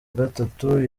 gatatu